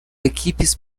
equipes